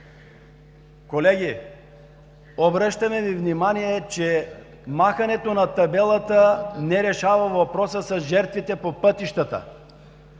Колеги, обръщаме Ви внимание, че махането на табелата не решава въпроса с жертвите по пътищата.